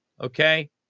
okay